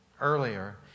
earlier